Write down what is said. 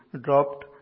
dropped